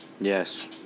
Yes